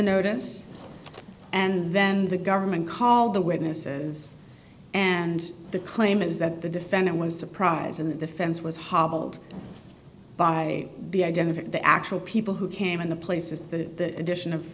notice and then the government call the witnesses and the claim is that the defendant was surprise and the defense was hobbled by the identity of the actual people who came in the place is the addition of